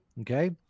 Okay